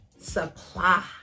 supply